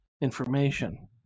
information